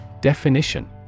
Definition